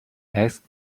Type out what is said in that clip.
asked